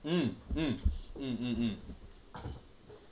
mm mm mm mm mm